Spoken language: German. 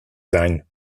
sein